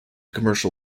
commercial